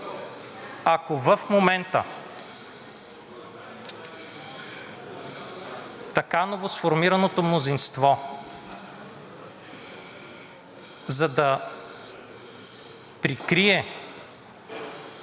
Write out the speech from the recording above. ако в момента така новосформираното мнозинство, за да прикрие